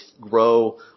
grow